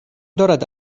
دارد